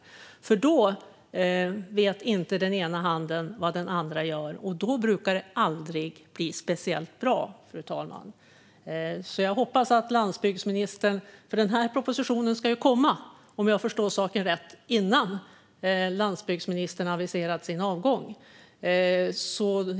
Då vet nämligen inte den ena handen vad den andra gör, fru talman, och då brukar det aldrig bli speciellt bra. Om jag förstår saken rätt ska den här propositionen komma innan landsbygdsministerns aviserade avgång.